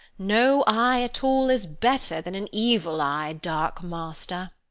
no eye at all is better than an evil eye, dark master!